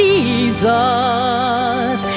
Jesus